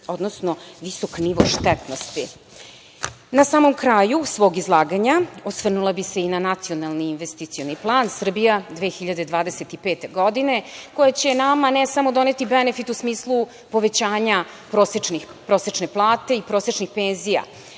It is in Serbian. odnosno visok nivo štetnosti. Na samom kraju svog izlaganja, osvrnula bih se i na nacionalni investicioni plan „Srbija 2025.“, koja će nama, ne samo doneti benefit u smislu povećanja prosečne plate i prosečnih penzija,